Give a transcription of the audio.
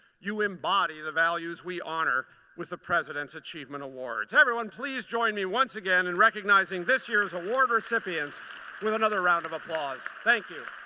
you embody the values we honor with the president's achievement awards. everyone please join me once again in recognizing this year's award recipients with another round of applause. thank you.